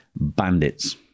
bandits